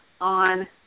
on